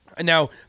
Now